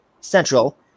Central